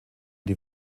die